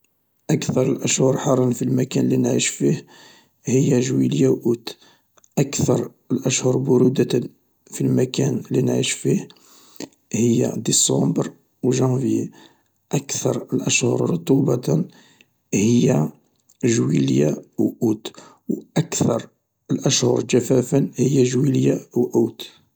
﻿اكثر الأشهر حرا في المكان اللي نعيش فيه هي جويلية و اوت، أكثر الأشهر برودة في المكان اللي نعيش فيه هي ديسمبر و جانفي، اكثر الأشهر رطوبة هي جويلية و اوت، و أكثر الأشهر جفافا هي جويلية و اوت.